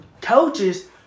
coaches